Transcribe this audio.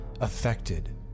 affected